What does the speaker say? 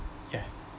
ya